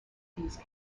these